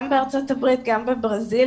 גם בארצות הברית וגם בברזיל,